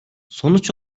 sonuç